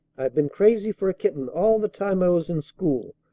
i've been crazy for a kitten all the time i was in school,